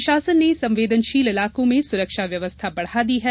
प्रशासन ने संवेदनशील इलाको में सुरक्षा व्यवस्था बढ़ा दी है